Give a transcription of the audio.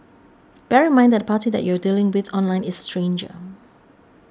bear in mind that the party that you are dealing with online is stranger